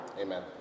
amen